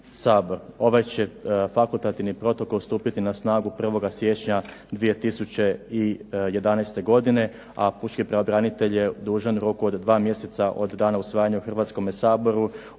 sabor. Ovaj će fakultativni protokol stupiti na snagu 1. siječnja 2011. godine, a pučki pravobranitelj je dužan u roku od dva mjeseca od dana usvajanja u Hrvatskome saboru